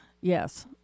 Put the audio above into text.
yes